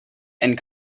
and